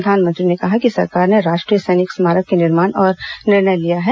प्रधानमंत्री ने कहा कि सरकार ने राष्ट्रीय सैनिक स्मारक के निर्माण का निर्णय लिया है